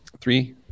Three